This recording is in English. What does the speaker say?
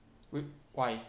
wh~ why